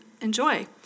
enjoy